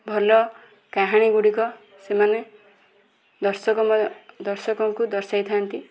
ଭଲ କାହାଣୀଗୁଡ଼ିକ ସେମାନେ ଦର୍ଶକ ଦର୍ଶକଙ୍କୁ ଦର୍ଶେଇଥାନ୍ତି